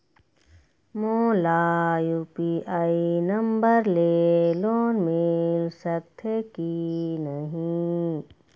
मोला UPI number ले loan मिल सकथे कि नहीं?